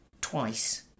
Twice